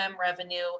revenue